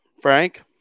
Frank